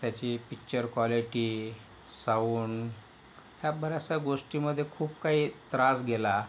त्याची picture quality sound ह्या बऱ्याचशा गोष्टीमध्ये खूप काही त्रास गेला